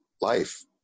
life